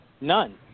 None